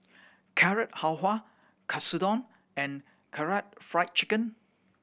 Carrot Halwa Katsudon and Karaage Fried Chicken